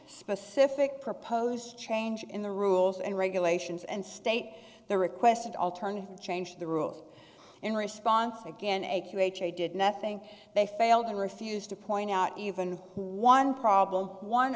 specific proposed change in the rules and regulations and state the requested alternative to change the rules in response again a q h a did nothing they failed and refused to point out even one problem one